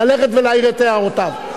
ללכת ולהעיר את הערותיו.